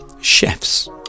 chefs